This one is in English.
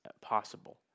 possible